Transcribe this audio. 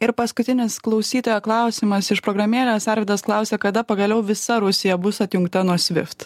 ir paskutinis klausytojo klausimas iš programėlės arvydas klausia kada pagaliau visa rusija bus atjungta nuo svift